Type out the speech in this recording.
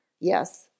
Yes